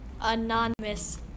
Anonymous